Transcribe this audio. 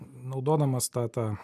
naudodamas tą tą